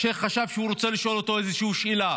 השייח' חשב שהוא רוצה לשאול אותו איזושהי שאלה,